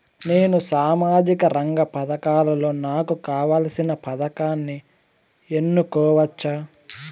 నేను సామాజిక రంగ పథకాలలో నాకు కావాల్సిన పథకాన్ని ఎన్నుకోవచ్చా?